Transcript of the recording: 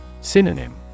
Synonym